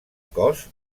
cos